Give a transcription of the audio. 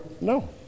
no